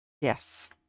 Yes